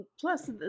Plus